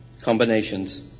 combinations